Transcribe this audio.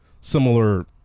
similar